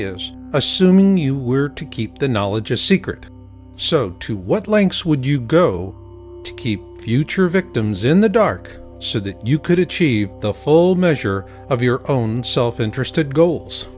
assuming you were to keep the knowledge a secret so to what lengths would you go to keep future victims in the dark so that you could achieve the full measure of your own self interested goals